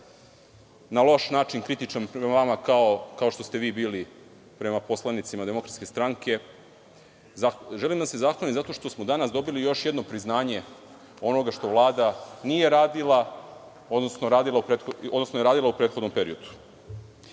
na loš način kritičan prema vama, kao što ste vi bili prema poslanicima DS. Želim da vam se zahvalim zato što smo danas dobili još jedno priznanje onoga što Vlada nije radila, odnosno onoga što je radila u prethodnom periodu. Pre